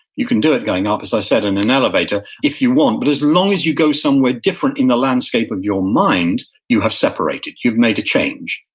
you can do it going up, as i said, in an elevator if you want, but as long as you go somewhere different in the landscape of your mind, you have separated, you've made a change.